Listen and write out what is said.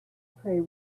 prey